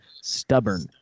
stubborn